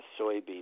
soybean